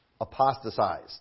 apostatized